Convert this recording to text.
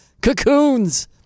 Cocoons